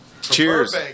Cheers